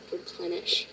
replenish